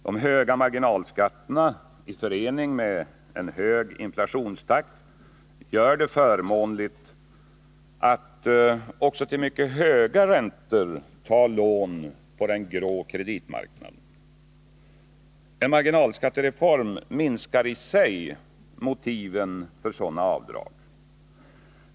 De höga marginalskatterna i förening med en hög inflationstakt gör det förmånligt att också till mycket höga räntor ta lån på den grå kreditmarknaden. En marginalskattereform minskar i sig motiven för sådana avdrag.